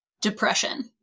Depression